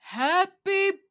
Happy